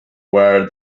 where